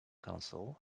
council